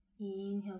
Inhale